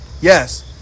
Yes